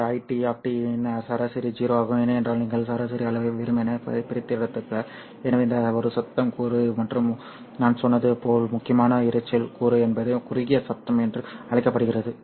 இந்த Δ I D T இன் சராசரி 0 ஆகும் ஏனென்றால் நீங்கள் சராசரி அளவை வெறுமனே பிரித்தெடுத்தீர்கள் எனவே இந்த ஒரு சத்தம் கூறு மற்றும் நான் சொன்னது போல் முக்கியமான இரைச்சல் கூறு என்பது குறுகிய சத்தம் என்று அழைக்கப்படுகிறது